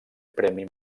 premi